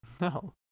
No